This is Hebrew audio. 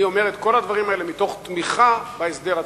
אני אומר את כל הדברים האלה מתוך תמיכה בהסדר הצפוי.